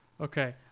Okay